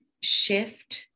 shift